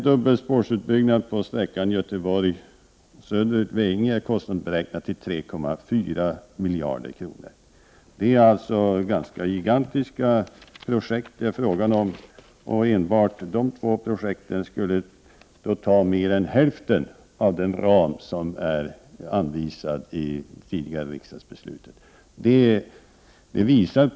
Dubbelspårsutbyggnaden på sträckan Göteborg-Veinge är kostnadsberäknad till 3,4 miljarder kronor. Det är alltså tämligen gigantiska projekt det handlar om. Enbart dessa två projekt, alltså Bohusbanan och västkustbanan, skulle ta i anspråk mer än hälften av den ram som genom tidigare riksdagsbeslut anvisats.